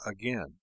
again